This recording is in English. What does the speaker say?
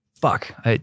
fuck